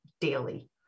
daily